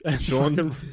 Sean